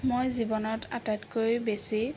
মই জীৱনত আটাইতকৈ বেছি